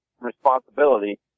responsibility